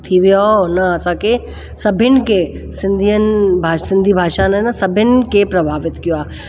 थी वियो आहे हुन असांखे सभिनि खे सिंधियुनि भाषा सिंधी भाषा न सभिनि के प्रभावित कयो आहे